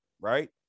right